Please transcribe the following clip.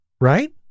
right